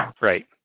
right